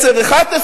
עשרה,